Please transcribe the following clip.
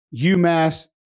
UMass